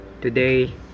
today